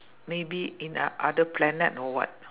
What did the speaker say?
maybe in ot~ other planet or what